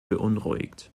beunruhigt